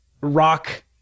rock